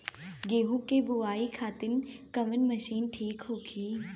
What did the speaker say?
गेहूँ के बुआई खातिन कवन मशीन ठीक होखि?